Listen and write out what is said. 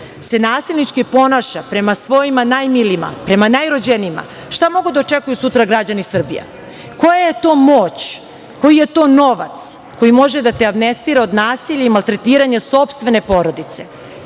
se nasilnički ponaša prema svojima najmilijima prema najrođenijima šta mogu da očekuju sutra građani Srbije? Koja je to moć, koji je to novac koji može da te amnestira od nasilja i maltretiranja sopstvene porodice?